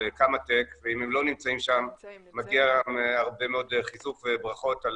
קמא טק ואם הם לא נמצאים שם מגיע הרבה מאוד חיזוק וברכות על